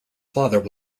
father